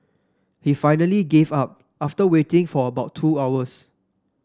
he finally gave up after waiting for about two hours